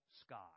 sky